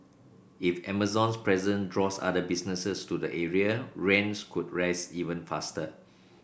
if Amazon's presence draws other businesses to the area rents could rise even faster